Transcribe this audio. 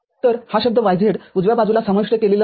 तर हा शब्द yz उजव्या बाजूला समाविष्ट केलेला नाही